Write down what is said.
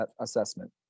assessment